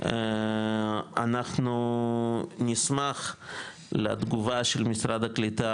אנחנו נשמח לתגובה של משרד הקליטה,